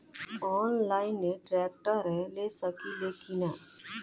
Online tractor ले सकीला कि न?